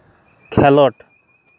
ᱠᱷᱮᱞᱳᱰ